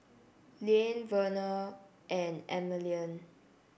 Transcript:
Liane Vernal and Emeline